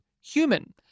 human